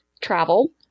travel